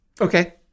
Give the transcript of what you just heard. Okay